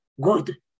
good